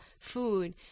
food